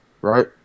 right